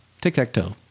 Tic-tac-toe